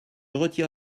retire